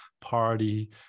party